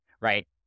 right